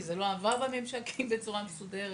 כי זה לא עבר בממשקים בצורה מסודרת.